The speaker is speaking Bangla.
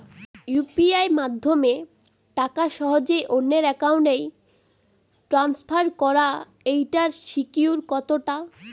ইউ.পি.আই মাধ্যমে টাকা সহজেই অন্যের অ্যাকাউন্ট ই ট্রান্সফার হয় এইটার সিকিউর কত টা?